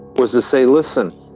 was to say listen,